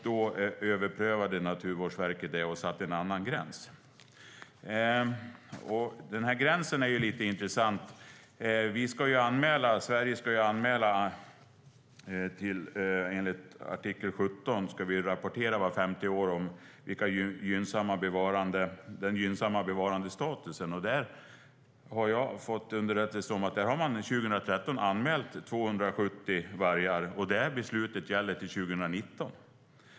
Då överprövade Naturvårdsverket det och satte en annan gräns.Gränsen är lite intressant. Sverige ska ju enligt artikel 17 rapportera vart femte år om gynnsam bevarandestatus. Jag har fått underrättelse om att man under 2013 har anmält 270 vargar. Det beslutet gäller till 2019.